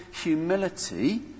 humility